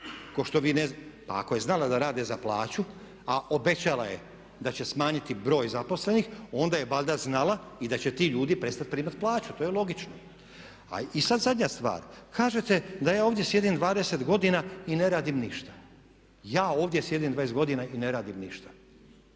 Pa ako je znala da rade za plaću a obećala je da će smanjiti broj zaposlenih onda je valjda znala i da će ti ljudi prestati primati plaću. To je logično. I sad zadnja stvar, kažete da ja ovdje sjedim 20 godina i ne radim ništa. Ja ovdje sjedim 20 godina i ne radim ništa?!